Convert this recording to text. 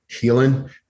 healing